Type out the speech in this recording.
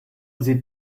sie